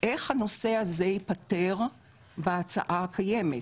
איך הנושא הזה ייפתר בהצעה הקיימת,